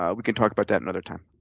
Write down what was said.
ah we can talk about that another time.